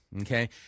okay